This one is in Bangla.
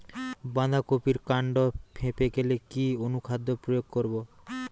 বাঁধা কপির কান্ড ফেঁপে গেলে কি অনুখাদ্য প্রয়োগ করব?